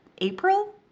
April